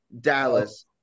Dallas